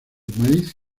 maíz